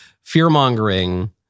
fear-mongering